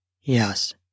Yes